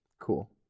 Cool